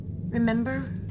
Remember